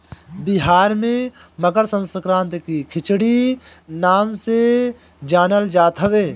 बिहार में मकरसंक्रांति के खिचड़ी नाम से जानल जात हवे